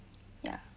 ya